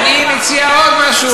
אני מציע עוד משהו.